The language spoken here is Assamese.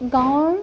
গাঁৱৰ